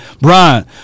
Brian